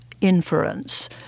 inference